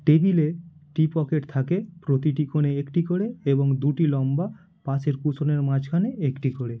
টেবিলে টি পকেট থাকে প্রতিটি কোনে একটি করে এবং দুটি লম্বা পাশের কুশনের মাঝখানে একটি করে